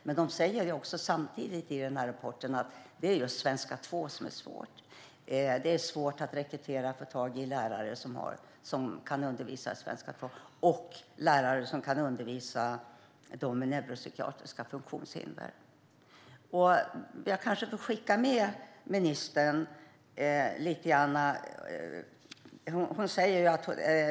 Men de säger samtidigt i rapporten att det är just svenska 2 som är svårt. Det är svårt att rekrytera och få tag i lärare som kan undervisa i svenska 2 och lärare som kan undervisa elever med neuropsykiatriska funktionsnedsättningar. Jag kanske får skicka med ministern en uppgift.